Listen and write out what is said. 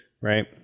right